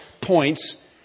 points